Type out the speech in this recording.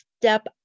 step